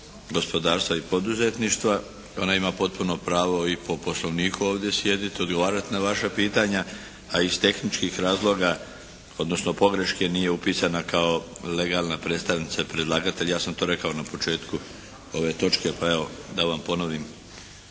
gospodarstva i poduzetništva. Ona ima potpuno pravo i po Poslovniku ovdje sjediti, odgovarati na vaša pitanja, a iz tehničkih razloga odnosno pogreške nije upisana kao legalna predstavnica predlagatelja. Ja sam to rekao na početku ove točke, pa evo da vam ponovim.